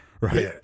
Right